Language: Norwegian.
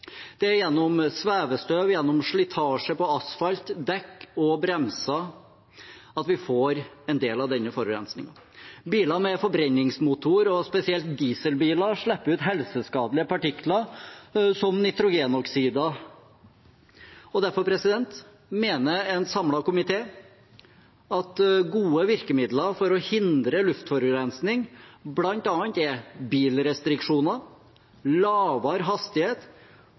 Det er gjennom svevestøv, gjennom slitasje på asfalt, dekk og bremser, vi får en del av denne forurensningen. Biler med forbrenningsmotor, spesielt dieselbiler, slipper ut helseskadelige partikler, som nitrogenoksider, og derfor mener en samlet komité at gode virkemidler for å hindre luftforurensning bl.a. er bilrestriksjoner, lavere hastighet